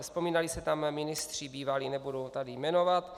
Vzpomínali se tam ministři bývalí, nebudu je tady jmenovat.